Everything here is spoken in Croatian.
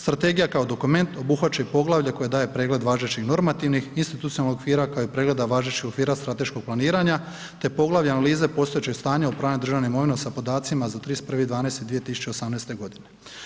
Strategija kao dokument obuhvaća i poglavlje koje daje pregled važećih normativnih, institucionalnih okvira kao i pregleda važećeg okvira strateškog planiranja te poglavlja analize postojećeg stanja upravljanja državnom imovinom sa podacima za 31. 12. 2018. godine.